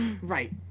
right